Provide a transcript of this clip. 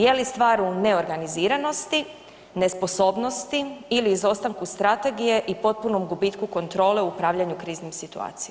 Je li stvar u neorganiziranosti, nesposobnosti ili izostanku strategije i potpunom gubitku kontrole u upravljanju kriznim situacijama?